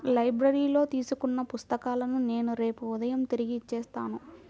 లైబ్రరీలో తీసుకున్న పుస్తకాలను నేను రేపు ఉదయం తిరిగి ఇచ్చేత్తాను